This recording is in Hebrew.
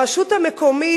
הרשות המקומית,